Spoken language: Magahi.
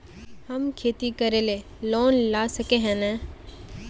हम खेती करे ले लोन ला सके है नय?